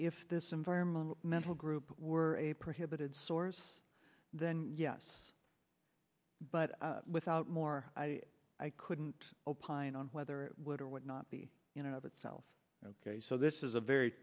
if this environment metal group were a prohibited source then yes but without more i couldn't opine on whether it would or would not be you know of itself ok so this is a very